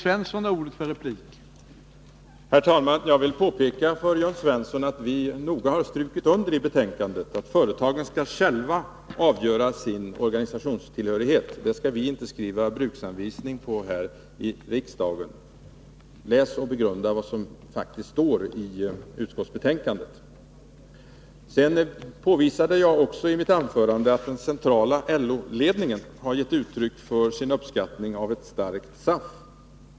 Herr talman! Jag vill påpeka för Jörn Svensson att vi noga har strukit under i betänkandet att företagen själva skall avgöra sin organisationstillhörighet. Det skall vi inte skriva bruksanvisningar om här i riksdagen. Läs och begrunda vad som faktiskt står i utskottsbetänkandet! Jag påvisade i mitt anförande att den centrala LO-ledningen har gett uttryck för sin uppskattning av ett starkt SAF.